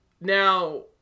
Now